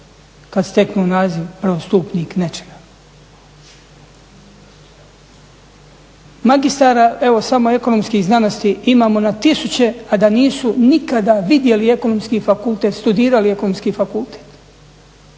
kad steknu naziv prvostupnik nečega? Magistara evo samo ekonomskih znanosti imao na tisuće a da nisu nikada vidjeli Ekonomski fakultet, studirali Ekonomski fakultet.